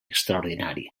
extraordinari